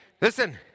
Listen